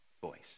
voice